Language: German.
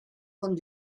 von